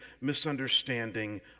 misunderstanding